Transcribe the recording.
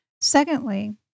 Secondly